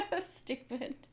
Stupid